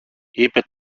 είπε